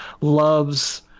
loves